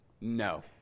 no